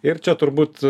ir čia turbūt